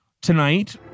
tonight